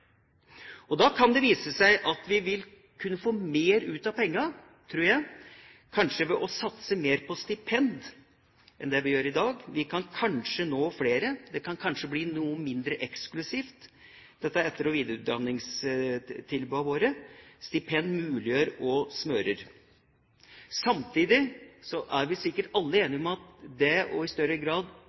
vise seg at vi kanskje kan få mer ut av pengene, tror jeg, ved å satse mer på stipend enn det vi gjør i dag. Vi kan kanskje nå flere, det kan kanskje bli noe mindre eksklusivt. Stipendet muliggjør, og det smører. Samtidig er vi sikkert alle enige om at det å gå inn med utdanning mens folk er i